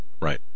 Right